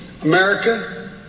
America